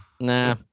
Nah